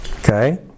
Okay